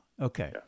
okay